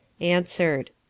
answered